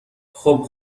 خوب